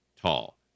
tall